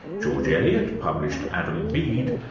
george elliot published adam bede,